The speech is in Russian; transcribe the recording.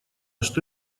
что